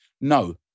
no